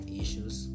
issues